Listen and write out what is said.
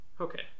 okay